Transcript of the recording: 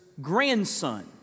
grandson